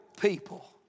people